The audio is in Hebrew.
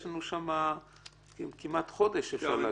יש שם כמעט חודש אפשר להגיד.